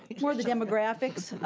more of the demographics.